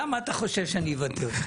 למה אתה חושב שאני אוותר?